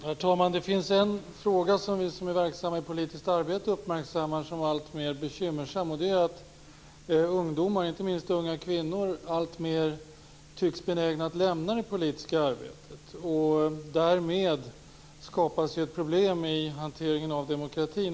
Herr talman! Det finns en fråga som vi som är verksamma i politiskt arbete uppmärksammar som alltmer bekymmersam. Det är att ungdomar, inte minst unga kvinnor, alltmer tycks benägna att lämna det politiska arbetet. Därmed skapas ett problem i hanteringen av demokratin.